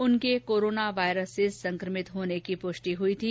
उनके corona virus से संक्रमित होने की पुष्टि हई थी